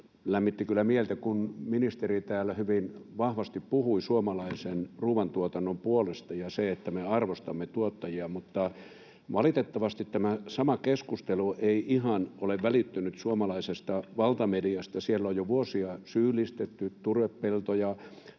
Lämmitti kyllä mieltä, kun ministeri täällä hyvin vahvasti puhui suomalaisen ruoantuotannon puolesta ja siitä, että me arvostamme tuottajia. Mutta valitettavasti tämä sama keskustelu ei ihan ole välittynyt suomalaisesta valtamediasta. Kun siellä on jo vuosia syyllistetty turvepeltoja